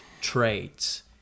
traits